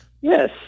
Yes